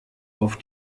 auf